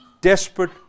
desperate